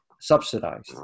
subsidized